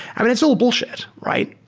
i mean, it's all bullshit, right?